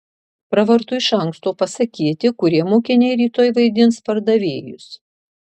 pravartu iš anksto pasakyti kurie mokiniai rytoj vaidins pardavėjus